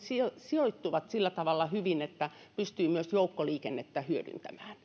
sijoittuvat sillä tavalla hyvin että pystyy myös joukkoliikennettä hyödyntämään